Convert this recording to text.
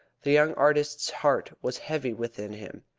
the young artist's heart was heavy within him,